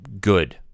good